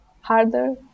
harder